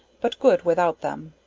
but good without them.